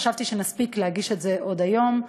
חשבתי שנספיק להגיש את זה היום,